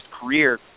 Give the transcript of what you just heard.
career